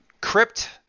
crypt